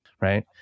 right